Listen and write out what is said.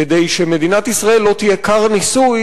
כדי שמדינת ישראל לא תהיה כר ניסוי